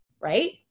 right